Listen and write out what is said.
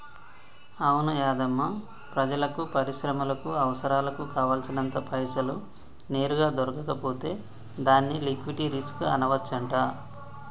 అవును యాధమ్మా ప్రజలకు పరిశ్రమలకు అవసరాలకు కావాల్సినంత పైసలు నేరుగా దొరకకపోతే దాన్ని లిక్విటీ రిస్క్ అనవచ్చంట